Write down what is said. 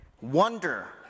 Wonder